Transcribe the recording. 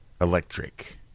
electric